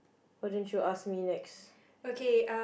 what don't you ask me next